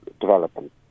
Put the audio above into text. development